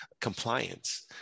Compliance